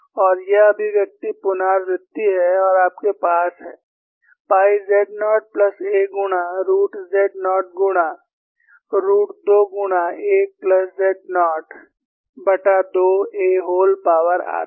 और यह अभिव्यक्ति पुनरावृत्ति है और आपके पास है pi z nought plus a गुणा रूट z नॉट गुणा रूट 2 गुणा 1 plus z nought a whole power आधा